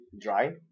dry